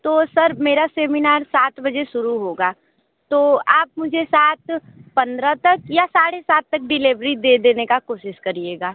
तो सर मेरा सेमिनार सात बजे शुरू होगा तो आप मुझे सात पंद्रह तक या साढ़े सात तक डिलीवरी दे देने का कोशिश करिएगा